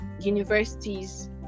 universities